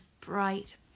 bright